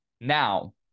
Now